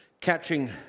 catching